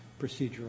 procedural